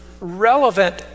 relevant